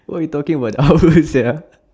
what are you talking about an hour sia